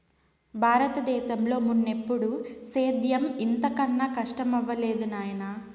బారత దేశంలో మున్నెప్పుడూ సేద్యం ఇంత కనా కస్టమవ్వలేదు నాయనా